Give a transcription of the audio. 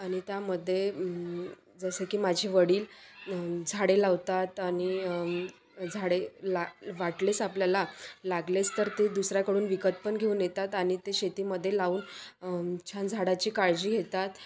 आणि त्यामध्ये जसं की माझे वडील झाडे लावतात आणि झाडे ला वाटलेच आपल्याला लागलेच तर ते दुसऱ्याकडून विकत पण घेऊन येतात आणि ते शेतीमध्ये लावून छान झाडाची काळजी घेतात